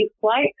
flight